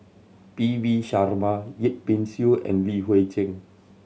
P V Sharma Yip Pin Xiu and Li Hui Cheng